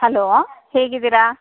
hello ಹೇಗಿದ್ದೀರಾ